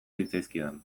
zitzaizkidan